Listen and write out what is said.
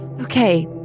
Okay